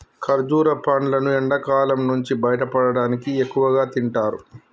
ఖర్జుర పండ్లును ఎండకాలం నుంచి బయటపడటానికి ఎక్కువగా తింటారు